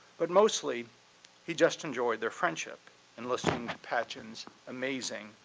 but mostly he just enjoyed their friendship and listened to patchen's amazing,